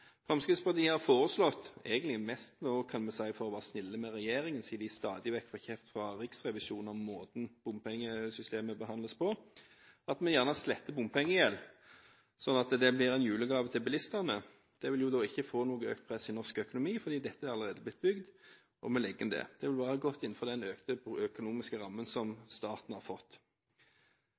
Fremskrittspartiet har foreslått – egentlig mest, kan vi si, for å være snille med regjeringen, siden de stadig vekk får kjeft av Riksrevisjonen for måten bompengesystemet behandles på – at vi gjerne sletter bompengegjeld, sånn at det blir en julegave til bilistene. Det vil ikke føre til økt press i norsk økonomi fordi dette allerede er blitt bygd. Vi legger inn dette. Det vil være godt innenfor den økte økonomiske rammen som staten har fått.